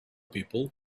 people